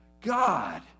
God